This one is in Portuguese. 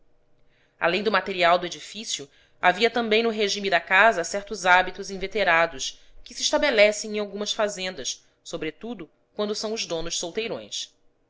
além do material do edifício havia também no regime da casa certos hábitos inveterados que se estabelecem em algumas fazendas sobretudo quando são os donos solteirões